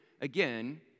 again